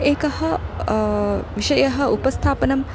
एकः विषयः उपस्थापनं